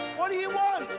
what do you want?